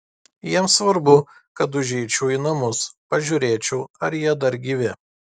jiems svarbu kad užeičiau į namus pažiūrėčiau ar jie dar gyvi